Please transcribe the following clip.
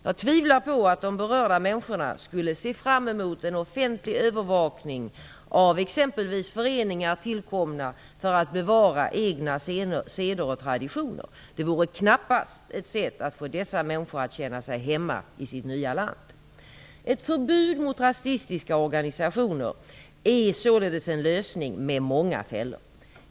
Jag tvivlar på att de berörda människorna skulle se fram emot en offentlig övervakning av exempelvis föreningar tillkomna för att bevara de egna sederna och traditionerna. Det vore knappast ett sätt att få dessa människor att känna sig hemma i sitt nya land. Ett förbud mot rasistiska organisationer är således en lösning med många fällor.